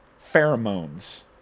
pheromones